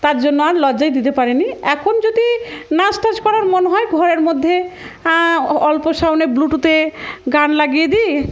তার জন্য আর লজ্জাই দিতে পারেন এখন যদি নাচ টাচ করার মনে হয় ঘরের মধ্যে অল্প সাউন্ডে ব্লুটুথে গান লাগিয়ে দিই